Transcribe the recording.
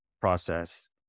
process